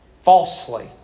falsely